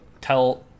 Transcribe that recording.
tell